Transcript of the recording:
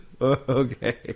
Okay